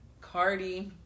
Cardi